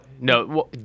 No